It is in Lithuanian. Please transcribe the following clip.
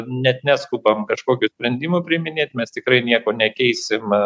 net neskubam kažkokių sprendimų priiminėt mes tikrai nieko nekeisim